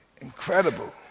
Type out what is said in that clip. incredible